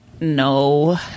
no